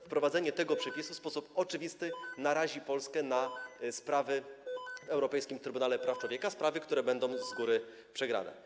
Wprowadzenie tego przepisu w sposób oczywisty narazi Polskę na sprawy w Europejskim Trybunale Praw Człowieka, sprawy, które będą z góry przegrane.